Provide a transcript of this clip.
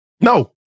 No